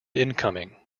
incoming